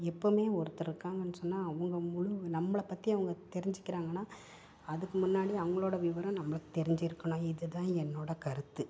எப்பவுமே ஒருத்தர் இருக்காங்கன்னு சொன்னால் அவங்க முழு நம்மள பற்றி அவங்க தெரிஞ்சிக்கிறாங்கன்னால் அதுக்கு முன்னாடி அவங்களோடய விவரம் நம்மளுக்கு தெரிஞ்சிருக்கணும் இதுதான் என்னோடய கருத்து